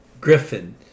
Griffin